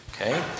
Okay